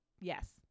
Yes